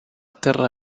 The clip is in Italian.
terra